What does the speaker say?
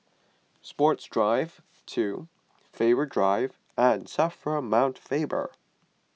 Sports Drive two Faber Drive and Safra Mount Faber